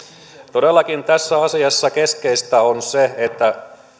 todellakin tässä asiassa keskeistä on se että